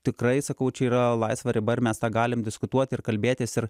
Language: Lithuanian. tikrai sakau čia yra laisva riba ir mes tą galim diskutuot ir kalbėtis ir